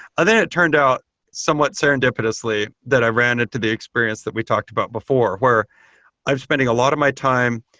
i think it turned out somewhat serendipitously that i ran into the experience that we talked about before, where i'm spending a lot of my time